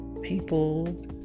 people